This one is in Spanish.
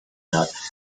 north